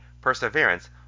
perseverance